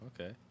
Okay